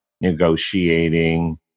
negotiating